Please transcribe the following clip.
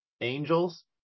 angels